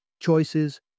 choices